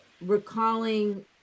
recalling